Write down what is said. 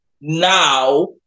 now